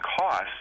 costs